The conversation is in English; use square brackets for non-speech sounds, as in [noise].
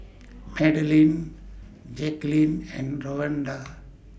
Magdalene [unintelligible] and Lavonda